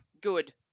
good